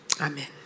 Amen